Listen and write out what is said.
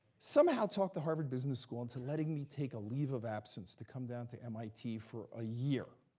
somehow talked the harvard business school into letting me take a leave of absence to come down to mit for a year.